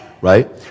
right